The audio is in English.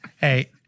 Hey